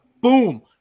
Boom